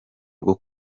rwo